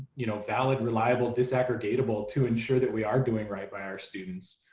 you know valid reliable disaggregate able to ensure that we are doing right by our students.